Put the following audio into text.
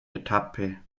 etappe